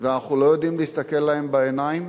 ואנחנו לא יודעים להסתכל להם בעיניים